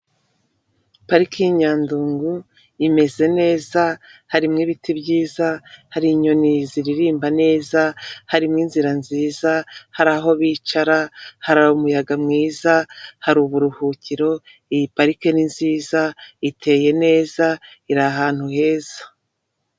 Parike y'i Nyandungu imeze neza, harimo ibiti byiza, hari inyoni ziririmba neza, harimo inzira nziza, hari aho bicara hari umuyaga mwiza, hari uburuhukiro, iyi parike ni nziza iteye neza, iri ahantu heza.